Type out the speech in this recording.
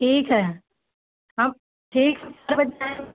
ठीक है हम ठीक चार बजे